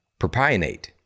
propionate